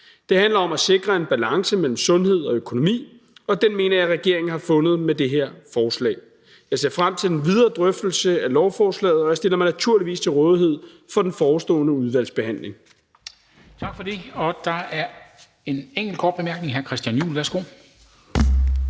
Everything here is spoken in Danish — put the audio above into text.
Det handler om at sikre en balance mellem sundhed og økonomi, og den mener jeg at regeringen har fundet med det her forslag. Jeg ser frem til den videre drøftelse af lovforslaget og stiller mig naturligvis til rådighed for den forestående udvalgsbehandling. Kl. 16:05 Formanden (Henrik Dam Kristensen): Tak for det. Der er en enkelt kort bemærkning. Hr. Christian Juhl, værsgo.